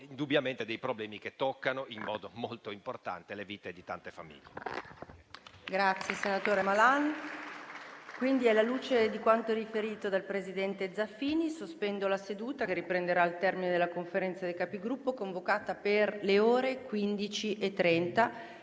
indubbiamente genera problemi che toccano in modo molto importante le vite di tante famiglie.